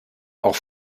auch